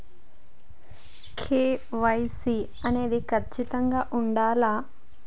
KYC అనేది ఖచ్చితంగా ఉండాలా?